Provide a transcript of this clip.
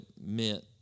meant